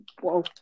Whoa